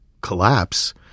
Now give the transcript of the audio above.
collapse